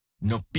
no